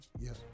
Yes